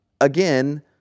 again